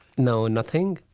no, nothing.